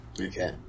Okay